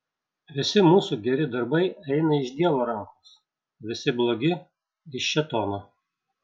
visi mūsų geri darbai eina iš dievo rankos visi blogi iš šėtono